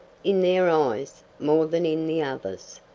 in their eyes, more than in the others,